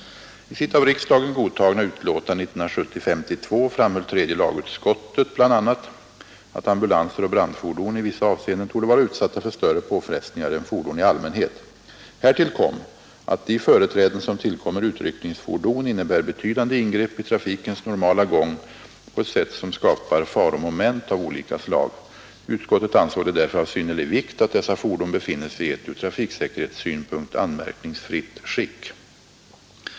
I sitt av riksdagen godtagna utlåtande nr 52 år 1970 framhöll tredje lagutskottet bl.a. att ambulanser och brandfordon i vissa avseenden torde vara utsatta för större påfrestningar än fordon i allmänhet. Härtill kom att de företräden som tillkommer utryckningsfordon innebär betydande ingrepp i trafikens normala gång på ett sätt som skapar faromoment av olika slag. Utskottet ansåg det därför av synnerlig vikt, att dessa fordon befinner sig i ett ur trafiksäkerhetssynpunkt anmärkningsfritt skick.